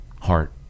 heart